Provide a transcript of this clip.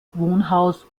wohnhaus